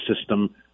system